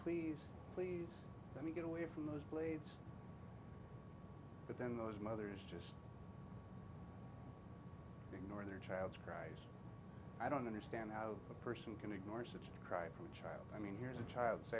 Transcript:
please please let me get away from those blades but then those mothers just ignore their child's cries i don't understand how a person can ignore such cry from a child i mean here's a child